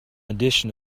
edition